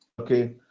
Okay